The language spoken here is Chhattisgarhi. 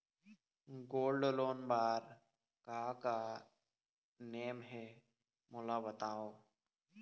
गोल्ड लोन बार का का नेम हे, मोला बताव?